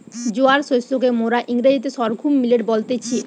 জোয়ার শস্যকে মোরা ইংরেজিতে সর্ঘুম মিলেট বলতেছি